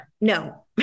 No